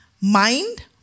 mind